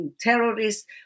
terrorists